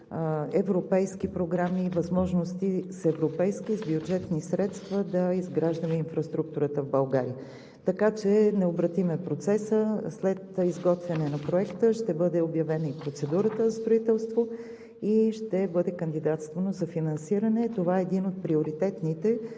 европейски програми и възможности с европейски и с бюджетни средства да изграждаме инфраструктурата в България, така че необратим е процесът. След изготвяне на Проекта ще бъде обявена и процедурата за строителство и ще бъде кандидатствано за финансиране. Това е един от приоритетните